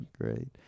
great